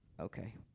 okay